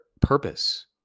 purpose